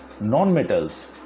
Non-metals